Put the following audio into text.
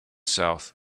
south